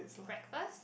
breakfast